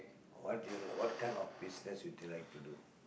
what do you look what kind of business would you like to do